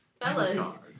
Fellas